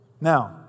Now